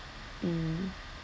mm